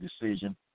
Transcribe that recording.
decision